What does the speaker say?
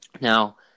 Now